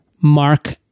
Mark